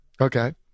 Okay